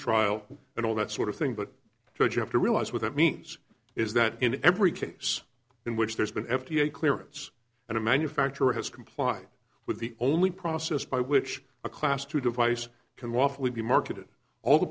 trial and all that sort of thing but judge you have to realize what that means is that in every case in which there's been f d a clearance and a manufacturer has complied with the only process by which a class two device can lawfully be marketed all the